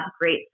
great